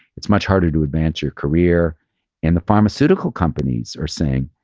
it's much harder to advance your career and the pharmaceutical companies are saying,